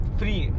free